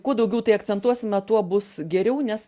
kuo daugiau tai akcentuosime tuo bus geriau nes